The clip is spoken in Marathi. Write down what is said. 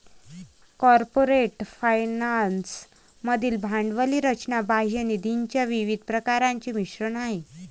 कॉर्पोरेट फायनान्स मधील भांडवली रचना बाह्य निधीच्या विविध प्रकारांचे मिश्रण आहे